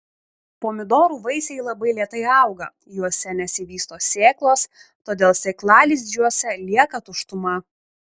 pomidorų vaisiai labai lėtai auga juose nesivysto sėklos todėl sėklalizdžiuose lieka tuštuma